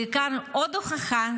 בעיקר עוד הוכחה